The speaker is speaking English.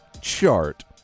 chart